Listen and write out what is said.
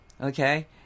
Okay